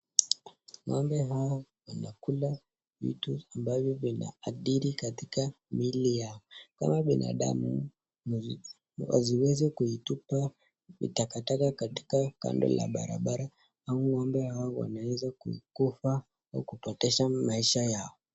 Ng'ombe hao wanakula vitu ambavyo vina adili katika miili yao, kama binadamu, wasiweze kuitupa vitakataka kando ya barabra ama ng'ombe hawa wanaweza kukufa ama kupoteza maisha yao.